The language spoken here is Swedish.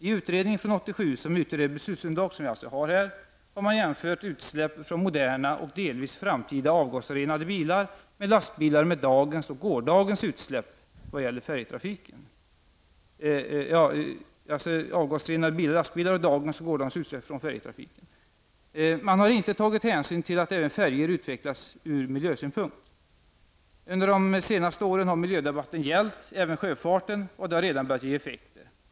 I utredningen från 1987, som utgör det beslutsunderlag vi har här i dag, har man jämfört utsläpp från moderna och delvis framtida avgasrenade bilar och lastbilar med dagens och gårdagens utsläpp från färjetrafiken. Man har inte tagit hänsyn till att även färjor utvecklas ur miljösynpunkt. Under de allra senaste åren har miljödebatten gällt även sjöfarten, och det har redan börjat ge effekter.